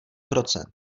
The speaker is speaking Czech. procent